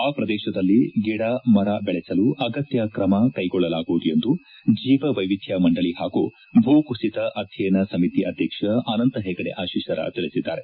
ಆ ಪ್ರದೇಶದಲ್ಲಿ ಗಿಡ ಮರ ಬೆಳೆಸಲು ಅಗತ್ಯ ಕ್ರಮ ಕೈಗೊಳ್ಳಲಾಗುವುದು ಎಂದು ಜೀವ ವೈವಿಧ್ಯ ಮಂಡಳಿ ಹಾಗೂ ಭೂಕುಸಿತ ಅಧ್ಯಯನ ಸಮಿತಿ ಅಧ್ಯಕ್ಷ ಅನಂತ ಹೆಗಡೆ ಅಶೀಸರ ತಿಳಿಸಿದ್ದಾರೆ